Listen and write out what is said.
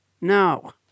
No